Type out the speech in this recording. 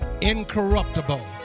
incorruptible